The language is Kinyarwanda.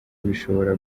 bishobora